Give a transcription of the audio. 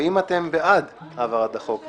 האם אתם בעד העברת החוק בהסכמה?